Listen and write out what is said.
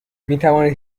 میتوانید